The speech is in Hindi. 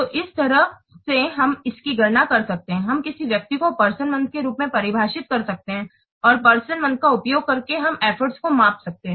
तो इस तरह से हम इसकी गणना कर सकते हैं हम किस व्यक्ति को पर्सन मंथ के रूप में परिभाषित कर सकते हैं और पर्सन मंथ का उपयोग करके हम एफर्ट को माप सकते हैं